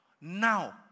Now